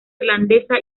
irlandesa